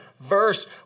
verse